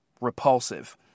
repulsive